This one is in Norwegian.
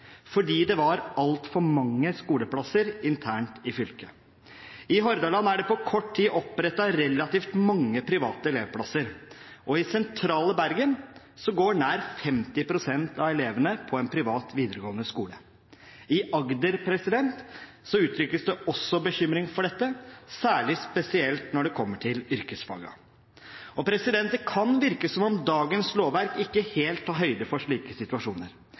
fordi det var altfor mange skoleplasser internt i fylket. I Hordaland er det på kort tid opprettet relativt mange private elevplasser, og i sentrale Bergen går nær 50 pst. av elevene på en privat videregående skole. I Agder uttrykkes det også bekymring for dette, særlig når det gjelder yrkesfagene. Det kan virke som om dagens lovverk ikke helt tar høyde for slike situasjoner,